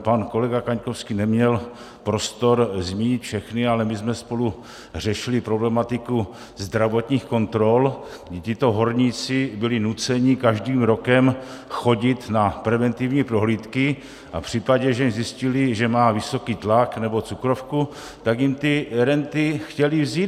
Pan kolega Kaňkovský neměl prostor zmínit všechny, ale my jsme spolu řešili problematiku zdravotních kontrol, kdy tito horníci byli nuceni každým rokem chodit na preventivní prohlídky, a v případě, že jim zjistili, že mají vysoký tlak nebo cukrovku, tak jim ty renty chtěli vzít.